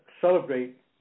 celebrate